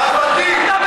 עבדים.